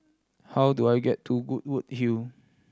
how do I get to Goodwood Hill